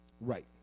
Right